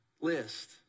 list